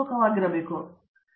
ಪ್ರತಾಪ್ ಹರಿಡೋಸ್ ಸರಿ ಆದರೆ ಏನು